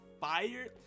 fired